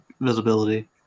visibility